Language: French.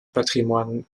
patrimoine